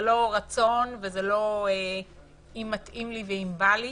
זה לא רצון ולא אם מתאים לי ואם בא לי.